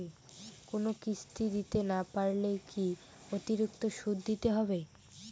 কোনো কিস্তি দিতে না পারলে কি অতিরিক্ত সুদ দিতে হবে?